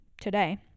today